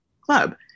club